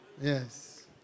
yes